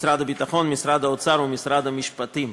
משרד הביטחון, משרד האוצר ומשרד המשפטים.